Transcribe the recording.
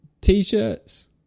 t-shirts